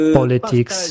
politics